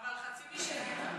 אבל חצי משל ביטן.